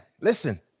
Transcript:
Listen